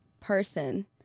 person